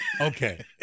Okay